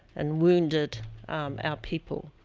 and wounded our people.